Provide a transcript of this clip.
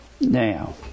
Now